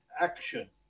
action